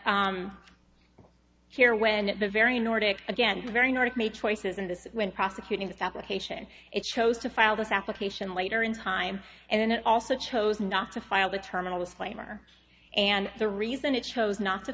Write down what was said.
here when the very nordic again very north make choices in this when prosecuting the fabrication it chose to file this application later in time and then it also chose not to file the terminal with claim or and the reason it chose not to